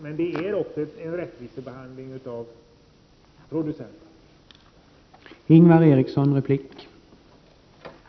Men det handlar också om en rättvis behandling vad gäller producenterna.